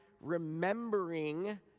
remembering